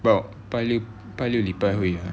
but 拜六礼拜会啊